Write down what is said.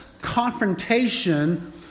confrontation